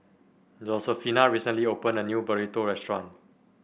Josefina recently opened a new Burrito Restaurant